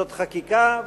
זאת חקיקה,